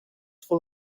full